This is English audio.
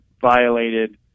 violated